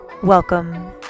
welcome